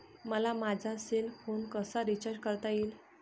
मला माझा cell phone कसा रिचार्ज करता येईल?